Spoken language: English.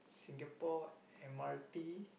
Singapore M_R_T